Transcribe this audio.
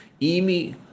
imi